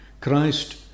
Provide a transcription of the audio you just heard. Christ